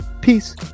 Peace